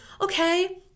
okay